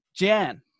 Jan